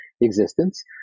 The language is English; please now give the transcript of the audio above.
existence